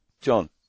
John